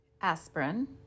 aspirin